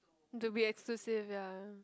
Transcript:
to be exclusive ya